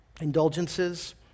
indulgences